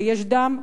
ויש דם,